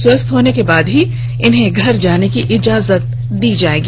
स्वस्थ होने के बाद ही उन्हें घर जाने की इजाजत दी जायेगी